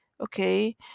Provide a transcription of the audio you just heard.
okay